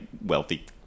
wealthy